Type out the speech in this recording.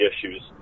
issues